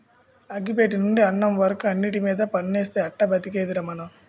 అగ్గి పెట్టెనుండి అన్నం వరకు అన్నిటిమీద పన్నేస్తే ఎట్టా బతికేదిరా మనం?